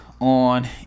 on